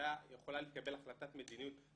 הייתה יכולה להתקבל החלטת מדיניות.